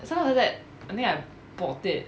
so after that I think I bought it